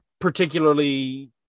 particularly